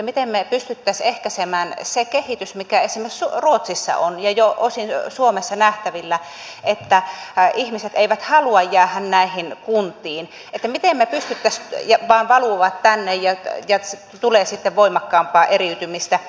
miten me pystyisimme ehkäisemään sen kehityksen mikä on nähtävillä esimerkiksi ruotsissa ja jo osin suomessa sen että ihmiset eivät halua jäädä näihin kuntiin vaan valuvat tänne ja tulee sitten voimakkaampaa eriytymistä